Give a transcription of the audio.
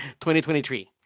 2023